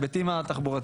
על ההיבטים התחבורתיים.